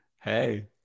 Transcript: Hey